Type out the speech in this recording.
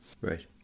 Right